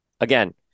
again